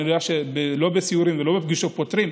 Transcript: אני יודע שלא בסיורים ולא בפגישות פותרים,